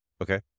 okay